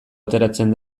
ateratzen